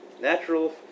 natural